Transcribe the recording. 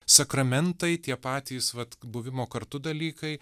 sakramentai tie patys vat buvimo kartu dalykai